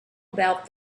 about